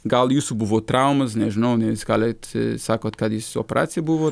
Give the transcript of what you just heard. gal jūsų buvo traumos nežinau neįskalėt sakot kad jis operacija buvo